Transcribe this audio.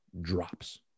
drops